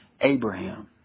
Abraham